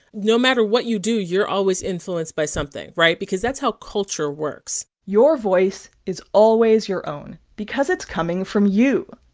no matter what you do, you're always influenced by something, right? because that's how culture works your voice is always your own because it's coming from you.